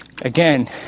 again